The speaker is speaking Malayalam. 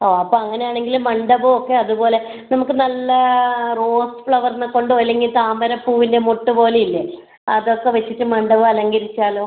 ഓ അപ്പോൾ അങ്ങനെ ആണെങ്കിൽ മണ്ഡപമൊക്കെ അതുപോലെ നമുക്ക് നല്ല റോസ് ഫ്ലവറിനെ കൊണ്ടോ അല്ലെങ്കിൽ താമരപ്പൂവിൻ്റെ മൊട്ടു പോലെ ഇല്ലേ അതൊക്കെ വച്ചിട്ട് മണ്ഡപം അലങ്കരിച്ചാലോ